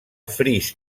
fris